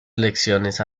elecciones